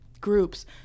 groups